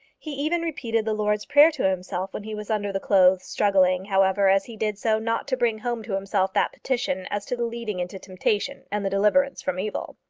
he even repeated the lord's prayer to himself when he was under the clothes, struggling, however, as he did so, not to bring home to himself that petition as to the leading into temptation and the deliverance from evil.